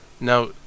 Now